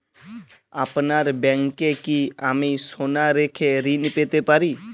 আপনার ব্যাংকে কি আমি সোনা রেখে ঋণ পেতে পারি?